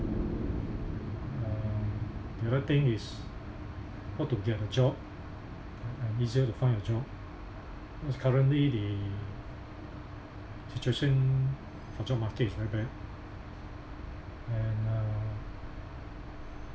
uh the another thing is how to get a job and and easier to find a job cause currently the situation for job market is very bad and uh